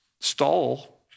stall